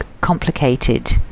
complicated